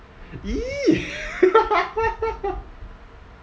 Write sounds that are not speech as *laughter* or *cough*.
!ee! *laughs*